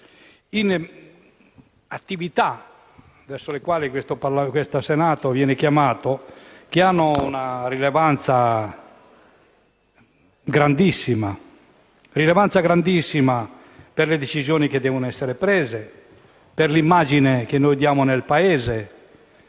in attività, verso le quali il Senato viene chiamato, che hanno una grandissima rilevanza per le decisioni che devono essere prese, per l'immagine che diamo al Paese